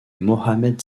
mohammed